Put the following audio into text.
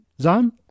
Zan